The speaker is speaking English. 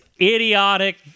idiotic